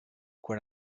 quan